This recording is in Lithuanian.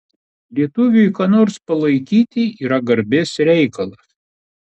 lietuviui ką nors palaikyti yra garbės reikalas